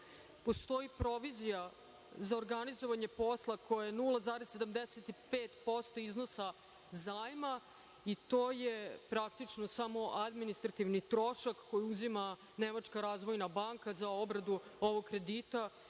Postoji provizija za organizovanje posla koja je 0,75% iznosa zajma i to je praktično samo administrativni trošak koji uzima Nemačka razvojna banka za obradu ovog kredita.